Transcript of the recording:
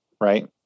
Right